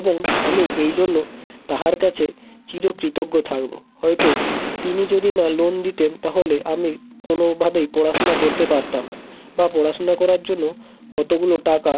এবং আমি এই জন্য তাহার কাছে চিরকৃতজ্ঞ থাকবো হয়তো তিনি যদি না লোন দিতেন তাহলে আমি কোনোভাবেই পড়াশোনা করতে পারতাম না বা পড়াশোনা করার জন্য অতোগুলো টাকা